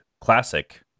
classic